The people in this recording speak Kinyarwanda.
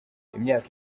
imyaka